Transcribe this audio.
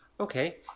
Okay